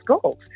goals